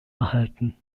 erhalten